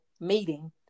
meeting